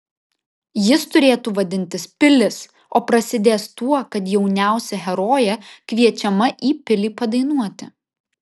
jis turėtų vadintis pilis o prasidės tuo kad jauniausia herojė kviečiama į pilį padainuoti